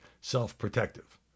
self-protective